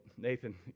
Nathan